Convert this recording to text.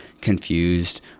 confused